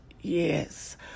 Yes